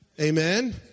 Amen